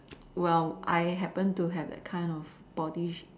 well I happen to have that kind of body shape